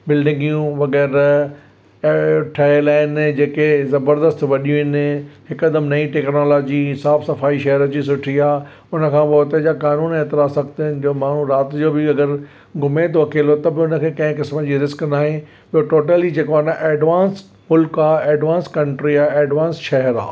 बिल्डिंगियूं वग़ैरह ऐं ठहियल आहिनि जेके ज़बरदस्त वॾियूं आहिनि हिकु दम नई टेक्नोलॉजी साफ़ सफ़ाई शहर जी सुठी आहे हुन खां पोइ उते जा कानून हेतिरा सख़्तु आहिनि जो माण्हू रात जो अगरि घुमे थो अकेलो त बि उन खे कंहिं किस्म जी रिस्क नाहे उहो टोटली ही जेको आहे न एडवांस मुल्क आहे एडवांस कंट्री एडवांस शहरु आहे